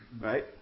Right